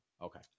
Okay